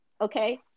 okay